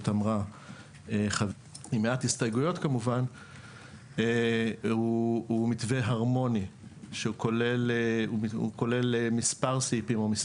פרקליטות וככה נעשה ניסיון להגיע לאיזה שהוא מתווה מוסכם וגם מקיף,